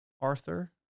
Arthur